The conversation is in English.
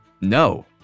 No